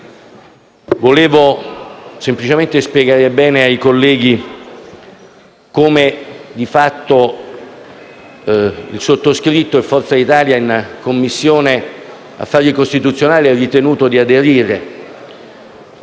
vorrei semplicemente spiegare bene ai colleghi come di fatto il sottoscritto e Forza Italia, in Commissione affari costituzionali, abbiamo ritenuto di aderire